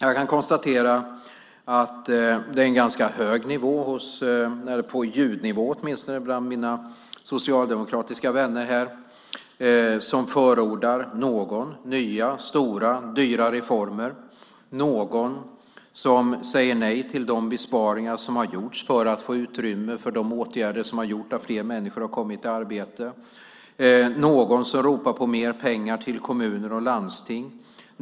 Jag kan konstatera att det är en ganska hög ljudnivå bland mina socialdemokratiska vänner här. De förordar nya, stora, dyra reformer. Någon säger nej till de besparingar som har gjorts för att få utrymme för de åtgärder som har gjort att fler människor har kommit i arbete. Någon ropar på mer pengar till kommuner och landsting.